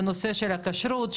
בנושא של כשרות,